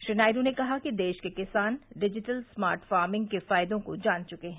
श्री नायडू ने कहा कि देश के किसान डिजिटल स्मार्ट फार्मिंग के फायदों को जान चुके हैं